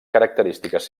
característiques